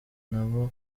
naba